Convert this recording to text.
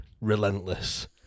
relentless